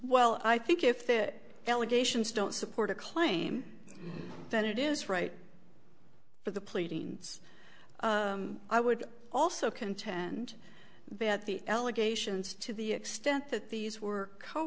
well i think if it allegations don't support a claim that it is right for the pleadings i would also contend that the allegations to the extent that these were co